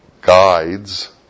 guides